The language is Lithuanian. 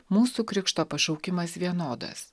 mūsų krikšto pašaukimas vienodas